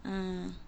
ah